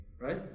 Right